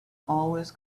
always